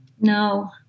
No